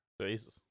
Jesus